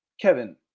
Kevin